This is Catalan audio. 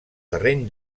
terreny